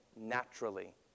naturally